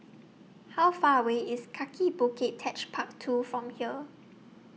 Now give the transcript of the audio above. How Far away IS Kaki Bukit Techpark two from here